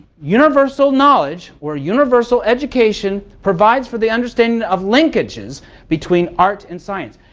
universal knowledge or universal education provides for the understanding of linkages between art and science.